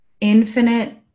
infinite